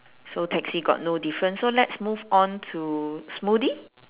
so taxi got no difference so let's move on to smoothie